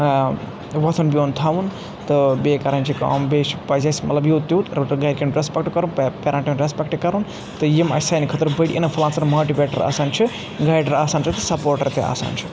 ٲں وَتُھن بِہُن تھاوُن تہٕ بیٚیہِ کَرٕنۍ یہِ کٲم بیٚیہِ پَزِ اَسہِ مَطلَب یُوٗت تِیُوٗت گَر کِؠن رسپیکٹ کرُن پیرنٹن رسپیکٹ کَرُن تہٕ یِم اسہِ سانہِ خٲطرٕ بٔڑ اِنفُلَنسَر ماٹوِیٖٹر آسان چھِ گایِڈَر آسان چھِ تہٕ سپُوٹَر تہِ آسان چھِ